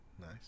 Nice